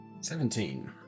Seventeen